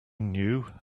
knew